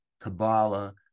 Kabbalah